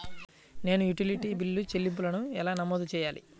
నేను utility bill చెల్లింపులను ఎలా నమోదు చేయాలి?